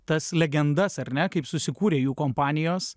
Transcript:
tas legendas ar ne kaip susikūrė jų kompanijos